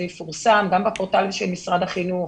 זה יפורסם גם בפורטל של משרד החינוך,